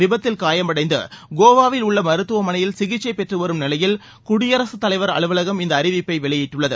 விபத்தில் காயம் அடைந்து கோவாவில் உள்ள மருத்துவமனையில் சிகிச்சை பெற்று வரும் நிலையில் குடியரசுத் தலைவர் அலுவலகம் இந்த அறிவிப்பை வெளியிட்டுள்ளது